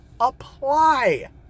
apply